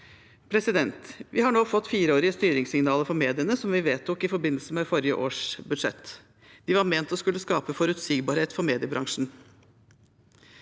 Vi har nå fått fireårige styringssignaler for mediene, som vi vedtok i forbindelse med forrige års budsjett. De var ment å skulle skape forutsigbarhet for mediebransjen.